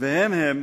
והם-הם